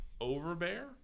overbear